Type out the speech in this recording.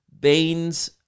beans